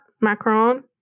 Macron